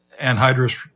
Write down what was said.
anhydrous